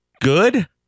good